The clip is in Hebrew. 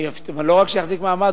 לא רק שיחזיק מעמד,